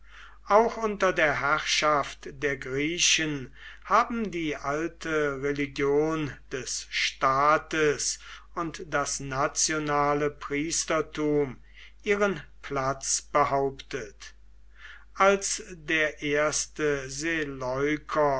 auch unter der herrschaft der griechen haben die alte religion des staates und das nationale priestertum ihren platz behauptet als der erste